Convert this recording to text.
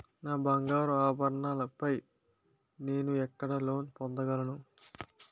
నా బంగారు ఆభరణాలపై నేను ఎక్కడ లోన్ పొందగలను?